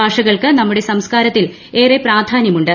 ഭാഷകൾക്ക് നമ്മുടെ സംസ്കാരത്തിൽ ഏറെ പ്രാധാന്യമുണ്ട്